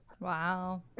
Wow